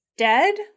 dead